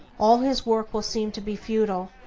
all his work will seem to be futile,